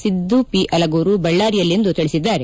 Siddu P Alagur ಬಳ್ಳಾರಿಯಲ್ಲಿಂದು ತಿಳಿಸಿದ್ದಾರೆ